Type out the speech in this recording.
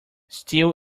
steel